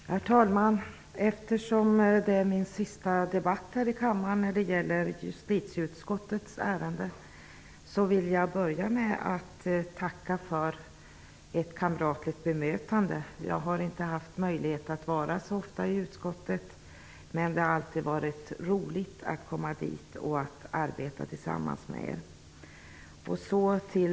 Herr talman! Eftersom detta är min sista debatt här i kammaren när det gäller justitieutskottets ärenden, vill jag börja med att tacka för ett kamratligt bemötande. Jag har inte haft möjlighet att vara så ofta i utskottet, men det har alltid varit roligt att komma dit och att arbeta tillsammans med de övriga ledamöterna.